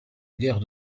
guerre